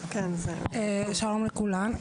שלום לכולם.